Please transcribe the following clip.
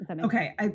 Okay